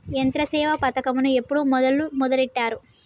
యంత్రసేవ పథకమును ఎప్పుడు మొదలెట్టారు?